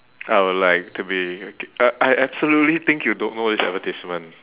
I would like to be I I absolutely think you don't know this advertisement